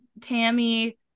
Tammy